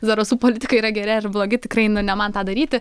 zarasų politikai yra geri ar blogi tikrai nu ne man tą daryti